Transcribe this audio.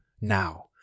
Now